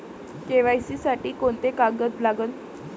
KYC साठी कोंते कागद लागन?